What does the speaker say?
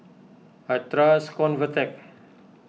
I trust Convatec